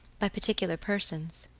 by particular persons.